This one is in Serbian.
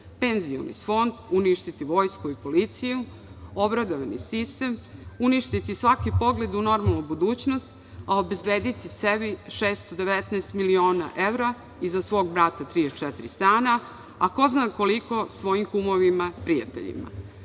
penzioni fond, uništiti vojsku i policiju, obrazovni sistem, uništiti svaki pogled u normalnu budućnost, a obezbediti sebi 619 miliona evra i za svog brata 34 stana, a ko zna koliko svojim kumovima, prijateljima.